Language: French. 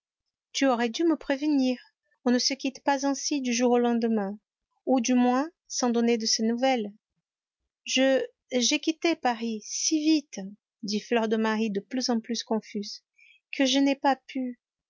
tu aurais dû me prévenir on ne se quitte pas ainsi du jour au lendemain ou du moins sans donner de ses nouvelles je j'ai quitté paris si vite dit fleur de marie de plus en plus confuse que je n'ai pas pu